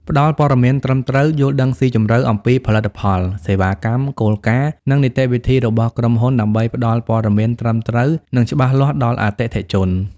ផ្ដល់ព័ត៌មានត្រឹមត្រូវ យល់ដឹងស៊ីជម្រៅអំពីផលិតផល សេវាកម្ម គោលការណ៍ និងនីតិវិធីរបស់ក្រុមហ៊ុនដើម្បីផ្ដល់ព័ត៌មានត្រឹមត្រូវ និងច្បាស់លាស់ដល់អតិថិជន។